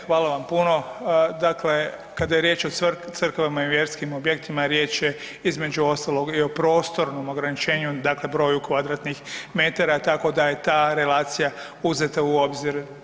Hvala vam puno, dakle kada je riječ o crkvama i vjerskim objektima riječ je između ostalog i o prostornom ograničenju dakle broju kvadratnih metara tako da je ta relacija uzeta u obzir.